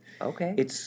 okay